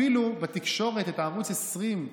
בערוץ 20,